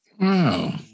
Wow